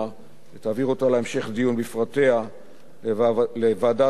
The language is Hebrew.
ותעביר אותה להמשך דיון בפרטיה לוועדת העבודה,